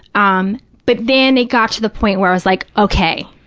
um but then it got to the point where i was like, okay,